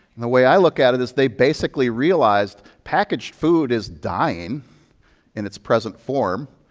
and the way i look at it is, they basically realized packaged food is dying in its present form.